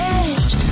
edge